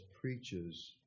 preaches